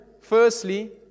Firstly